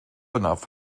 enough